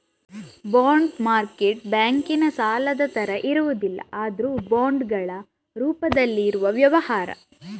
bond market ಬ್ಯಾಂಕಿನ ಸಾಲದ ತರ ಇರುವುದಲ್ಲ ಆದ್ರೂ ಬಾಂಡುಗಳ ರೂಪದಲ್ಲಿ ಇರುವ ವ್ಯವಹಾರ